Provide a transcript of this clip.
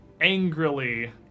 angrily